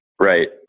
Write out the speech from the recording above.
Right